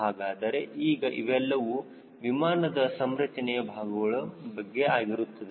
ಹಾಗಾದರೆ ಈಗ ಇವೆಲ್ಲವೂ ವಿಮಾನದ ಸಂರಚನೆ ಭಾಗಗಳ ಬಗ್ಗೆ ಆಗಿರುತ್ತದೆ